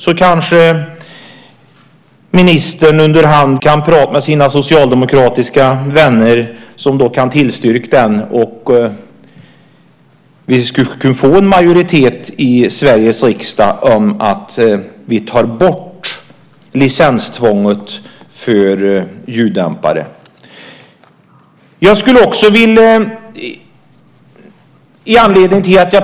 Sedan kanske ministern kan prata med sina socialdemokratiska vänner så att de kan tillstyrka den. Då skulle vi kunna få en majoritet i Sveriges riksdag för att vi ska ta bort licenstvånget för ljuddämpare.